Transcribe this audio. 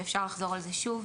ואפשר לחזור על זה שוב,